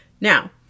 Now